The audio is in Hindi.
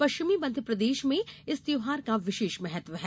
पश्चिमी मध्यप्रदेश में इस त्यौहार का विशेष महत्व है